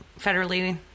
federally